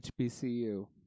HBCU